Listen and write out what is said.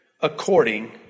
according